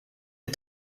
les